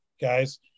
guys